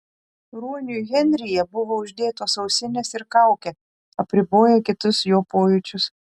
ruoniui henryje buvo uždėtos ausinės ir kaukė apriboję kitus jo pojūčius